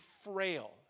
frail